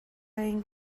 این